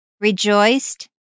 rejoiced